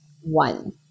one